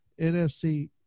NFC